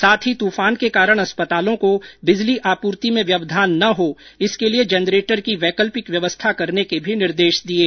साथ ही तूफान के कारण अस्पतालों को बिजली आपूर्ति में व्यवधान न हो इसके लिए जनरेटर की वैकल्पिक व्यवस्था रखने के भी निर्देश दिये